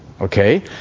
okay